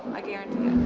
i guarantee